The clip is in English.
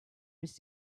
was